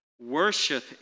Worship